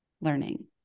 learning